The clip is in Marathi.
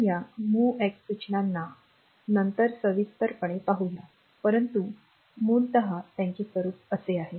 आपण या एमओव्हीएक्स सूचनांना नंतर सविस्तरपणे पाहूया परंतु मूलत त्यांचे स्वरूप असे आहे